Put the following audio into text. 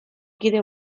kide